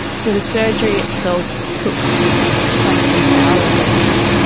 so the surgery itself took quite a few hours i think,